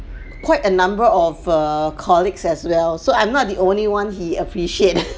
quite a number of err colleagues as well so I'm not the only one he appreciate